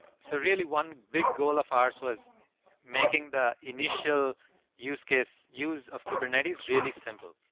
so really, one big goal of ours was making the initial use-case use of kubernetes really simple,